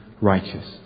righteous